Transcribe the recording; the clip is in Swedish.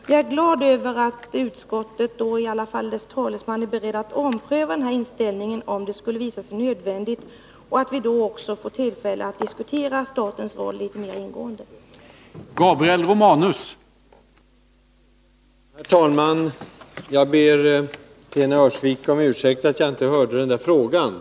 Jag är glad över att utskottets talesman är villig att ompröva den inställningen, om det skulle visa sig nödvändigt, och att vi då också får tillfälle att litet mer ingående diskutera statens roll.